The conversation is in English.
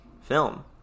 film